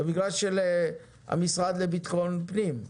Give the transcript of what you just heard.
במגרש של המשרד לביטחון פנים.